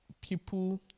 people